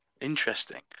Interesting